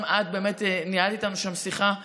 גם את ניהלת איתנו שם שיחה ערה,